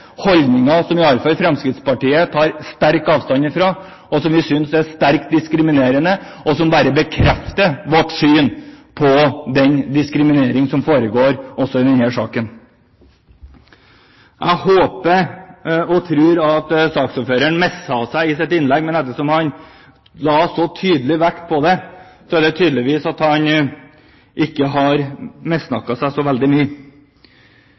Fremskrittspartiet tar sterkt avstand fra, holdninger som vi synes er sterkt diskriminerende, og som bare bekrefter den diskriminering som foregår også i denne saken. Jeg håper og tror at saksordføreren sa feil i sitt innlegg, men ettersom han så tydelig la vekt på det, har han tydeligvis ikke missnakket seg så veldig mye.